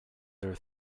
their